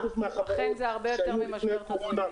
אכן, זה הרבה יותר ממשבר תזרימי.